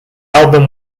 album